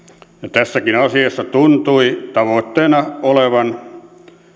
tässäkin asiassa tuntui tavoitteena olevan